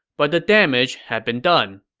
but the damage had been done.